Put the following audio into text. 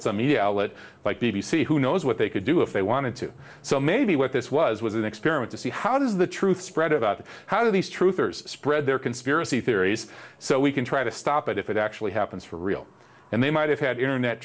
it's a media outlet like b b c who knows what they could do if they wanted to so maybe what this was was an experiment to see how does the truth spread about how do these truths spread their conspiracy theories so we can try to stop it if it actually happens for real and they might have had internet